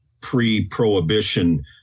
pre-prohibition